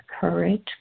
courage